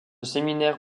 séminaire